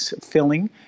filling